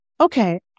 okay